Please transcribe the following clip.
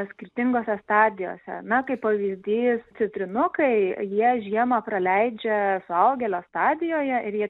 skirtingose stadijose na kaip pavyzdys citrinukai jie žiemą praleidžia suaugėlio stadijoje ir jie